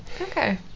Okay